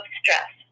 stress